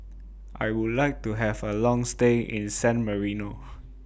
I Would like to Have A Long stay in San Marino